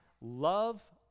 love